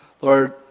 Lord